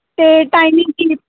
ਅਤੇ ਟਾਈਮਿੰਗ ਕੀ